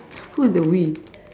who is the we